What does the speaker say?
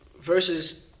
versus